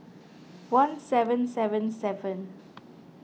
one seven seven seven